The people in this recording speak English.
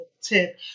tip